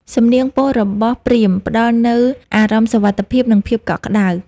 សំនៀងពោលរបស់ព្រាហ្មណ៍ ផ្ដល់នូវអារម្មណ៍សុវត្ថិភាព និងភាពកក់ក្ដៅ។